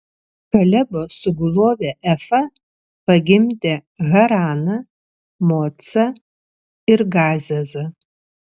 kalebo sugulovė efa pagimdė haraną mocą ir gazezą